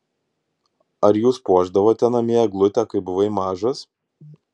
ar jūs puošdavote namie eglutę kai buvai mažas